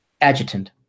Adjutant